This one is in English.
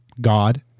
God